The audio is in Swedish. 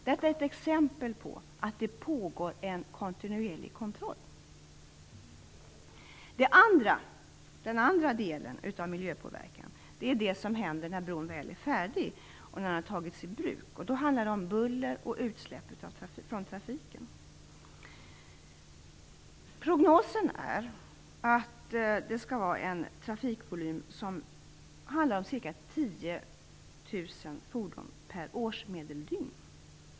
Det är ett exempel på att det pågår en kontinuerlig kontroll. Den andra delen av miljöpåverkningen är den som inträffar när bron väl är färdig och har tagits i bruk. Det handlar då om buller och utsläpp från trafiken. Prognosen är en trafikvolym om ca 10 000 fordon per årsmedeldygn.